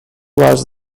was